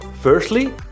Firstly